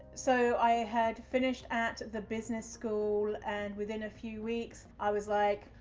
so, i had finished at the business school and within a few weeks i was like,